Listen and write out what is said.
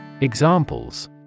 examples